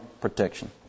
protection